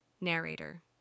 Narrator